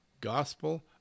gospel